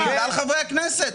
בגלל חברי הכנסת.